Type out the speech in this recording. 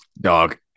dog